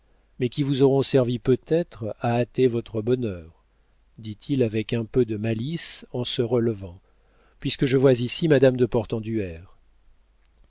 mais qui vous auront servi peut être à hâter votre bonheur dit-il avec un peu de malice en se relevant puisque je vois ici madame de portenduère